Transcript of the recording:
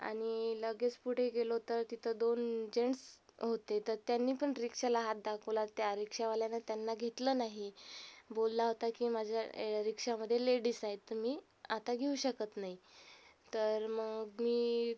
आणि लगेच पुढे गेलो तर तिथं दोन जेंट्स होते तर त्यांनी पण रिक्शाला हात दाखवला त्या रिक्शावाल्यानं त्यांना घेतलं नाही बोलला होता की माझ्या रिक्शामध्ये लेडीज आहे तर मी आता घेऊ शकत नाही तर मग मी